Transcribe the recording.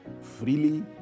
freely